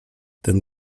ten